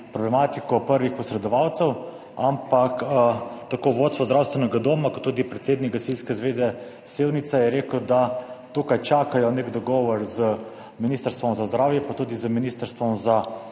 problematiko prvih posredovalcev. Ampak tako vodstvo zdravstvenega doma kot tudi predsednik Gasilske zveze Sevnica je rekel, da tukaj čakajo na nek dogovor z Ministrstvom za zdravje pa tudi z Ministrstvom za